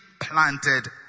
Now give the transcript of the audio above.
planted